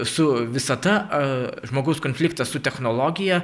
su visata ar žmogaus konfliktą su technologija